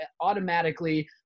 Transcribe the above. automatically